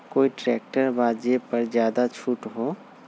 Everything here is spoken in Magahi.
कोइ ट्रैक्टर बा जे पर ज्यादा छूट हो?